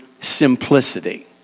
simplicity